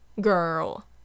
girl